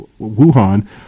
Wuhan